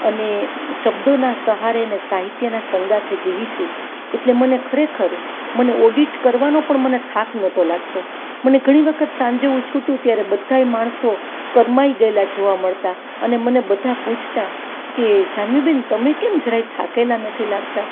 અને શબ્દોના સહારેને સાહિત્યના સંગાથે જીવી છું એટલે મને ખરેખર મને ઓડિટ કરવાનો પણ મને થાક નહોતો લાગતો મને ઘણીવખત સાંજે હું છૂટું ત્યારે બધાય માણસો કરમાઈ ગયેલાં જોવા મળતાં અને મને બધાં પૂછતાં કે જાનવીબેન તમે કેમ જરાય થાકેલા નથી લાગતાં